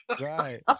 Right